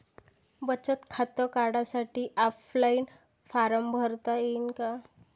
बचत खातं काढासाठी ऑफलाईन फारम भरता येईन का?